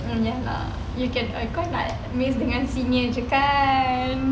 hmm ya lah you can kau tak amazed dengan senior jer kan